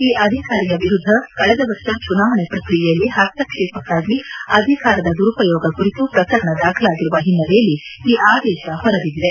ಈ ಅಧಿಕಾರಿಯ ವಿರುದ್ಧ ಕಳೆದ ವರ್ಷ ಚುನಾವಣೆ ಪ್ರಕ್ರಿಯೆಯಲ್ಲಿ ಪಸ್ತಕ್ಷೇಪಕ್ಕಾಗಿ ಅಧಿಕಾರದ ದುರುಪಯೋಗ ಕುರಿತು ಪ್ರಕರಣ ದಾಖಲಾಗಿರುವ ಹಿನ್ನೆಲೆಯಲ್ಲಿ ಈ ಆದೇಶ ಹೊರಬಿದ್ದಿದೆ